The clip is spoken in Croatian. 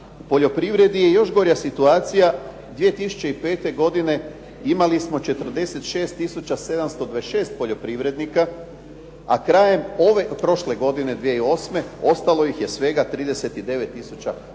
poljoprivredi je još gorja situacija. 2005. godine imali smo 46726 poljoprivrednika, a krajem ove, prošle godine 2008. ostalo ih je svega 39824 poljoprivrednika.